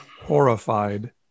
horrified